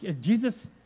Jesus